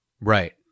Right